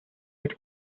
had